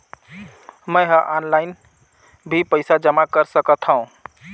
मैं ह ऑनलाइन भी पइसा जमा कर सकथौं?